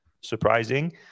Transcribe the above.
Surprising